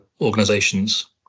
organisations